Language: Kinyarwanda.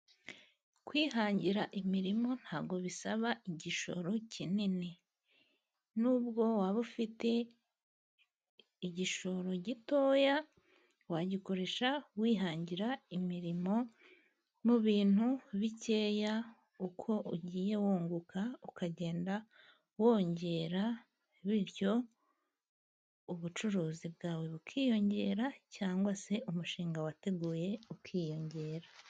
Kwihangira imirimo ntabwo bisaba igishoro kinini. Nubwo waba ufite igishoro gitoya wagikoresha wihangira imirimo mu bintu bikeya. Uko ugiye wunguka ukagenda wongera. Bityo ubucuruzi bwawe bukiyongera cyangwa se umushinga wateguye ukiyongera.